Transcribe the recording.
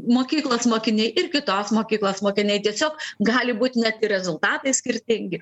mokyklos mokiniai ir kitos mokyklos mokiniai tiesiog gali būt net ir rezultatai skirtingi